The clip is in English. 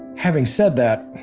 having said that,